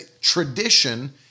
tradition